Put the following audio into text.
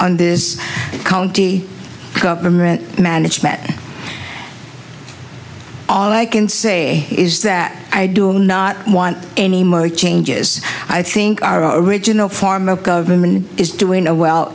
on this county government management all i can say is that i do not want any more changes i think our original form of government is doing a well